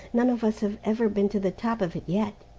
none of us have ever been to the top of it yet.